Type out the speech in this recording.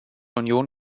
union